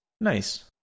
Nice